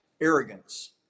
arrogance